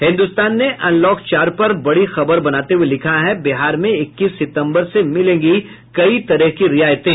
हिन्दुस्तान ने अनलॉक चार पर बड़ी खबर बनाते हुए लिखा है बिहार में इक्कीस सितम्बर से मिलेंगी कई तरह की रियायतें